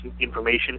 information